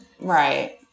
Right